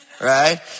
right